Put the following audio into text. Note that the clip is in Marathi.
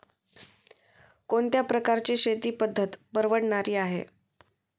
कोणत्या प्रकारची शेती पद्धत परवडणारी आहे?